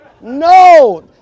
No